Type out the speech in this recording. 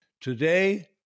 Today